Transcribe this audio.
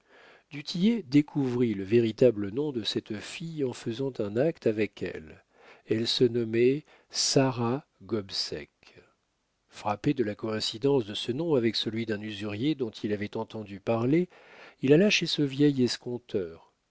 découvrit le véritable nom de cette fille en faisant un acte avec elle elle se nommait sarah gobseck frappé de la coïncidence de ce nom avec celui d'un usurier dont il avait entendu parler il alla chez ce vieil escompteur